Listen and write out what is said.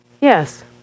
Yes